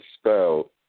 spelled